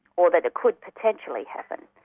or that it could potentially happen.